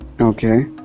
Okay